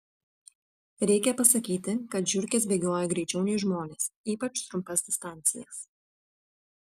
reikia pasakyti kad žiurkės bėgioja greičiau nei žmonės ypač trumpas distancijas